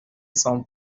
cent